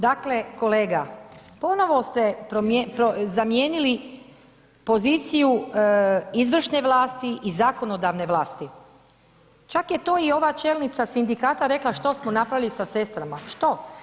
Dakle kolega, ponovo ste zamijenili poziciju izvršne vlasti i zakonodavne vlasti, čak je to i ova čelnica sindikata rekla što smo napravili sa sestrama, što?